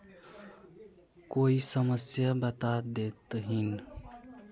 कोई समस्या बता देतहिन?